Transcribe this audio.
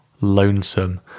lonesome